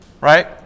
right